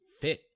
fit